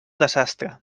desastre